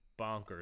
bonkers